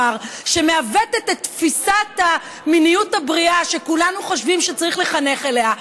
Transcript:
שמעוותת את תפיסת המיניות הבריאה שכולנו חושבים שצריך לחנך אליה,